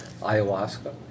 ayahuasca